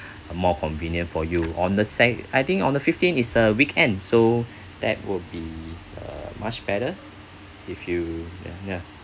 more convenient for you on the sec~ I think on the fifteen is a weekend so that will be much uh better if you ya ya